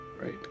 right